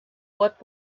what